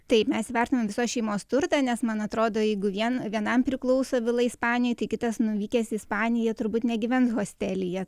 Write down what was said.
taip mes įvertinom visos šeimos turtą nes man atrodo jeigu vien vienam priklauso vila ispanijoj tai kitas nuvykęs į ispaniją turbūt negyvens hostelyje